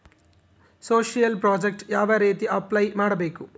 Social project ಯಾವ ರೇತಿ apply ಮಾಡಬೇಕು?